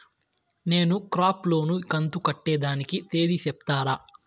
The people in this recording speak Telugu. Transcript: నేను క్రాప్ లోను కంతు కట్టేదానికి తేది సెప్తారా?